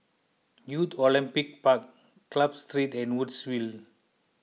Youth Olympic Park Club Street and Woodsville